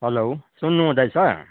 hello सुन्नु हुँदैछ